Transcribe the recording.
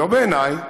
לא בעיניי.